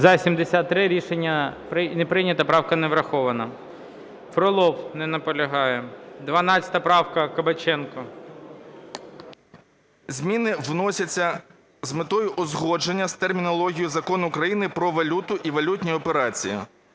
За-73 Рішення не прийнято. Правка не врахована. Фролов, не наполягає. 12 правка, Кабаченко. 11:23:59 КАБАЧЕНКО В.В. Зміни вносяться з метою узгодження з термінологією Закону України "Про валюту і валютні операції".